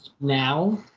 now